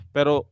Pero